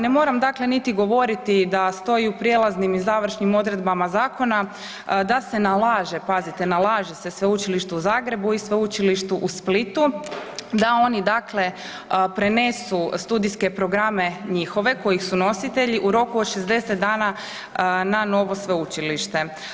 Ne moram dakle niti govoriti da stoji u prijelaznim i završnim odredbama zakona da se nalaže, pazite, nalaže se Sveučilištu u Zagrebu i Sveučilištu u Splitu da oni prenesu studijske programe njihove kojih su nositelji u roku od 60 dana na novo sveučilište.